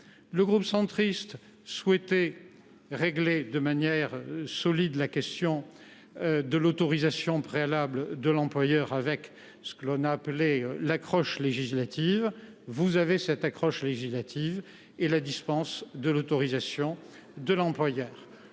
Le groupe Union Centriste souhaitait régler de manière solide la question de l’autorisation préalable de l’employeur, avec ce que l’on a appelé l’accroche législative : la rédaction proposée prévoit cette accroche législative et la dispense de l’autorisation de l’employeur.